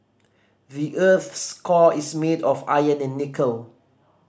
the earth's core is made of iron and nickel